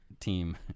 team